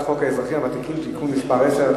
האזרחים הוותיקים (תיקון מס' 10),